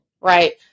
right